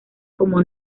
como